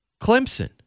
Clemson